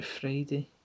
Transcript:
Friday